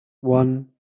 one